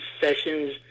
sessions